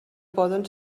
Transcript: poden